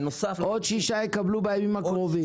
עוד 6 יקבלו בימים הקרובים?